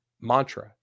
mantra